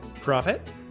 Profit